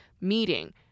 meeting